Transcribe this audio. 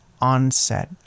onset